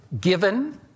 given